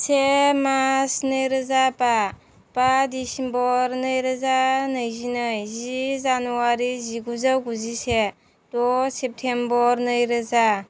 से मार्स नै रोजा बा बा दिसेम्बर नै रोजा नैजिनै जि जानुवारि जिगुजौ गुजिसे द' सेप्तेम्बर नै रोजा